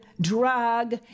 drug